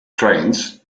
trains